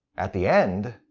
at the end,